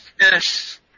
Yes